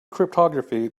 cryptography